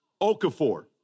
Okafor